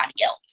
else